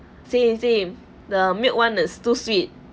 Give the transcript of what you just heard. same same the milk one is too sweet